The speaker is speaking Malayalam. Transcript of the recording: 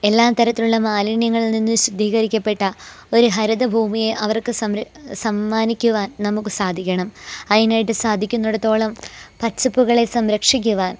എല്ലാതരത്തിൽ ഉള്ള മാലിന്യങ്ങളിൽ നിന്നും ശുദ്ധീകരിക്കപ്പെട്ട ഒര് ഹരിതഭൂമിയെ അവർക്ക് സംര സമ്മാനിക്കുവാൻ നമുക്കു സാധിക്കണം അതിനായിട്ട് സാധിക്കുന്നെടത്തോളം പച്ചപ്പുകളെ സംരക്ഷിക്കുവാൻ